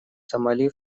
сомали